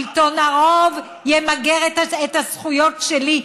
שלטון הרוב ימגר את הזכויות שלי,